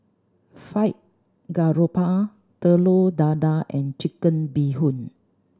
Fried Garoupa Telur Dadah and Chicken Bee Hoon